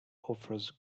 offers